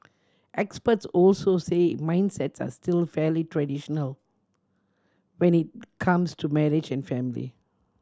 experts also say mindsets are still fairly traditional when it comes to marriage and family